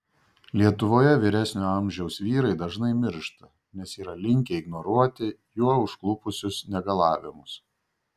lietuvoje vyresnio amžiaus vyrai dažnai miršta nes yra linkę ignoruoti juo užklupusius negalavimus